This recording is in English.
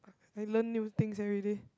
like learn new things everyday